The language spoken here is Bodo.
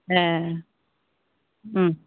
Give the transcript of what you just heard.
ए